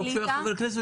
גם כשהוא היה חבר כנסת,